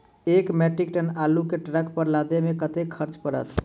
एक metric ton आलु केँ ट्रक पर लदाबै मे कतेक खर्च पड़त?